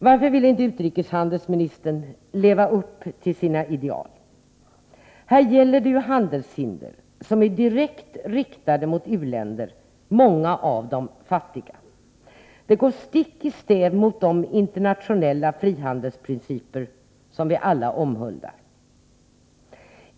Varför vill inte utrikeshandelsministern leva upp till sina ideal? Här gäller det ju Om åtgärder mot handelshinder som är direkt riktade mot u-länder — många av dem fattiga. — handelshinder Detta går stick i stäv mot de internationella frihandelsprinciper som vi alla omhuldar.